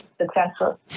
successful